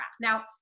Now